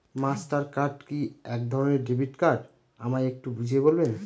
Master card কি একধরণের debit card আমায় একটু বুঝিয়ে বলবেন?